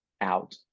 out